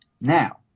Now